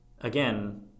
again